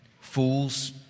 fools